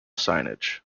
signage